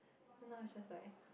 then now is just like